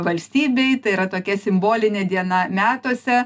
valstybei tai yra tokia simbolinė diena metuose